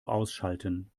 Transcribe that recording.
ausschalten